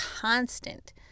constant